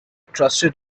trusted